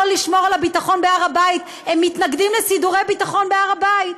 לשמור על הביטחון בהר הבית ומתנגדים לסידורי ביטחון בהר הבית,